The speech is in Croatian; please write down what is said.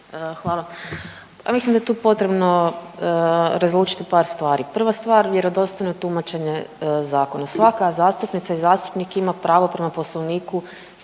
Hvala. A mislim da je tu potrebno različiti par stvari. Prva stvar, vjerodostojno tumačenje zakona. Svaka zastupnica i zastupnik ima pravo prema Poslovniku